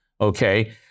Okay